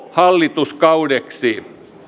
hallituskaudeksi